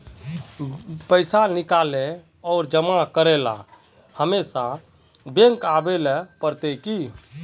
पैसा निकाले आर जमा करेला हमेशा बैंक आबेल पड़ते की?